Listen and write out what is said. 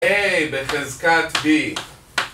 A בחזקת B